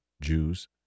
Jews